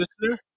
listener